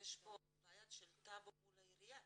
יש בעיה של הטאבו מול העיריה.